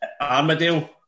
Armadale